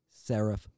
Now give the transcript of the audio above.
Serif